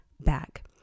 back